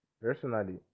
personally